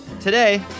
Today